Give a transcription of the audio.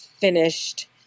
finished